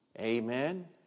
Amen